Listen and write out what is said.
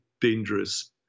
dangerous